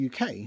UK